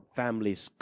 families